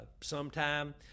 sometime